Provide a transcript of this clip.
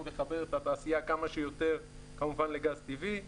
לחבר את התעשייה כמה שיותר כמובן לגז טבעי.